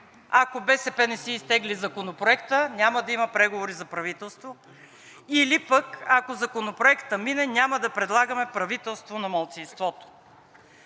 ако БСП не си изтегли Законопроекта, няма да има преговори за правителство, или пък, ако Законопроектът мине, няма да предлагаме правителство на малцинството.